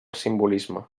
simbolisme